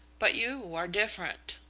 but you are different,